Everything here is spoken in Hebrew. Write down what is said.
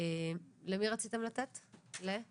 האחיות היתה